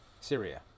Syria